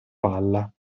palla